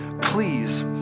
please